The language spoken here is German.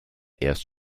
erst